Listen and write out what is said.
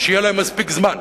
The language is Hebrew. שיהיה להם מספיק זמן,